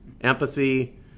empathy